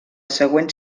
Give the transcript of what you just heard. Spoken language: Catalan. següent